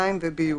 מים וביוב,